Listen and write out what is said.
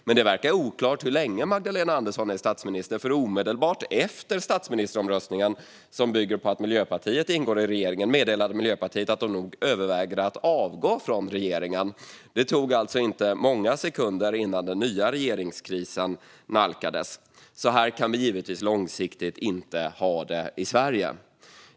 Men det verkar oklart hur länge Magdalena Andersson är statsminister, för omedelbart efter statsministeromröstningen, som bygger på att Miljöpartiet ingår i regeringen, meddelade Miljöpartiet att de överväger att avgå från regeringen. Det tog alltså inte många sekunder innan den nya regeringskrisen nalkades. Så här kan vi givetvis inte ha det långsiktigt i Sverige.